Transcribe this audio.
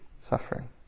suffering